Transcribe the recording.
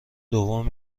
دوم